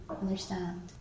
understand